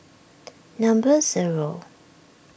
number zero